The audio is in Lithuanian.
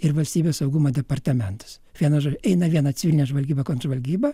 ir valstybės saugumo departamentas vienu žodžiu eina viena civilinė žvalgyba kontržvalgyba